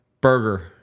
Burger